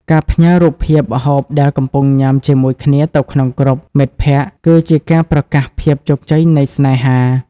ការផ្ញើរូបភាពម្ហូបដែលកំពុងញ៉ាំជាមួយគ្នាទៅក្នុង Group មិត្តភក្ដិ គឺជាការប្រកាសភាពជោគជ័យនៃស្នេហា។